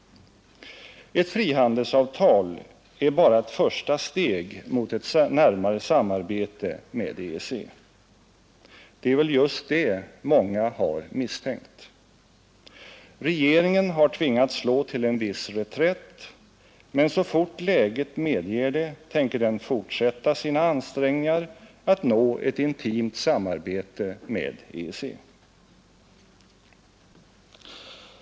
Ett frihandelsavtal är bara ett första steg mot ett närmare samarbete med EEC. Det är väl just det många har misstänkt. Regeringen har tvingats slå till en viss reträtt, men så fort läget medger det tänker den fortsätta sina ansträngningar att nå ett intimt samarbete med EEC.